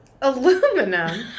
Aluminum